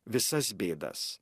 visas bėdas